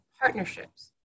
partnerships